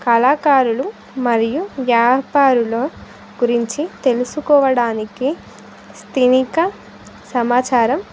కళాకారులు మరియు వ్యాపారుల గురించి తెలుసుకోవడానికి స్థానిక సమాచారం